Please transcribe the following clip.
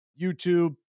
YouTube